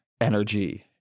energy